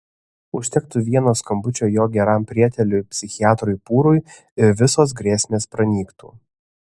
užtektų vieno skambučio jo geram prieteliui psichiatrui pūrui ir visos grėsmės pranyktų